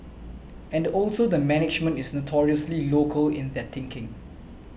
and also the management is notoriously local in their thinking